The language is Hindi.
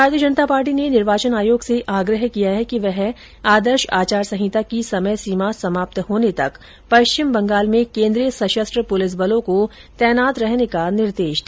भारतीय जनता पार्टी ने निर्वाचन आयोग से आग्रह किया है कि वह आदर्श आचार संहिता की समय सीमा समाप्त होने तक पश्चिम बंगाल में केन्द्रीय सशस्त्र पुलिस बलों को तैनात रहने का निर्देश दे